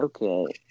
okay